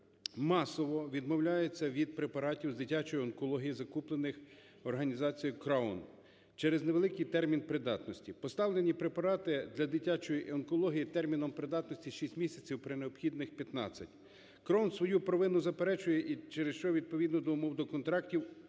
масово відмовляються від препаратів з дитячої онкології, закуплених організацією Crown, через невеликий термін придатності. Поставлені препарати для дитячої онкології терміном придатності 6 місяців при необхідних 15. Crown свою провину заперечує, і через що, відповідно до умов до контрактів,